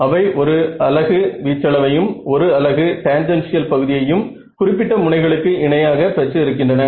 அவை ஒரு அலகு வீச்சளவையும் ஒரு அலகு டேன்ஜென்ஷியல் பகுதியையும் குறிப்பிட்ட முனைகளுக்கு இணையாக பெற்று இருக்கின்றன